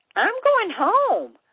i'm going home.